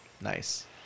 Nice